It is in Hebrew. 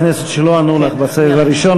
אם יש חברי כנסת שלא ענו לך בסבב הראשון,